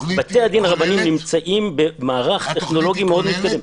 בתי-הדין הרבניים נמצאים במערך טכנולוגי --- התוכנית כוללת?